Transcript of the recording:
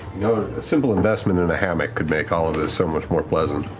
know, a simple investment in a hammock could make all of this so much more pleasant.